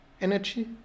energy